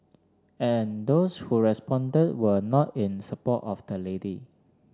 and those who responded were not in support of the lady